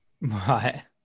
right